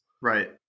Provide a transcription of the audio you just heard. Right